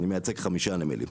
אני מייצג 5 נמלים.